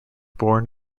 born